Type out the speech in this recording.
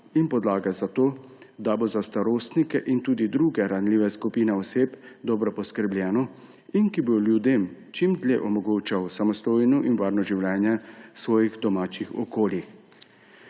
in podlage za to, da bo za starostnike in tudi druge ranljive skupine oseb dobro poskrbljeno in bo ljudem čim dlje omogočeno samostojno in varno življenje v svojih domačih okoljih.